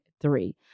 three